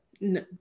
No